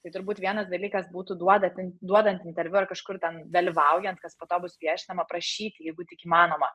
tai turbūt vienas dalykas būtų duoda ten duodant interviu ar kažkur ten dalyvaujant kas po to bus viešinama prašyti jeigu tik įmanoma